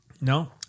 No